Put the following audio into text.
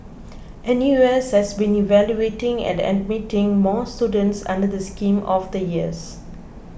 N U S has been evaluating and admitting more students under the scheme over the years